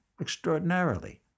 extraordinarily